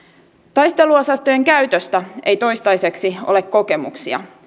taisteluosastojen käytöstä ei toistaiseksi ole kokemuksia